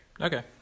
Okay